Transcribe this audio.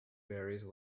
varies